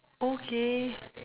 okay